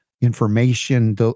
information